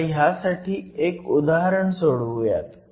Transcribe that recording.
आता ह्यासाठी एक उदाहरण सोडवूयात